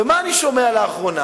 ומה אני שומע לאחרונה,